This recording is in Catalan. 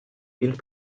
quins